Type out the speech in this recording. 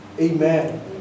Amen